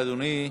בבקשה, אדוני.